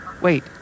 Wait